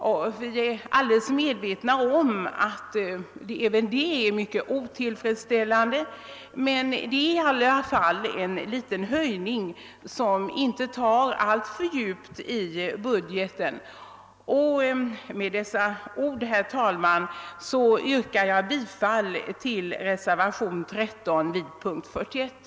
Vi är alldeles medvetna om att även detta är mycket otillfredsställande, men det är i alla fall en liten höjning som inte tar alltför djupt i budgeten. Med dessa ord, herr talman, yrkar jag bifall till reservationen 13 vid punkten 41.